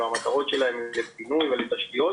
המטרות שלה הן לבינוי ולתשתיות,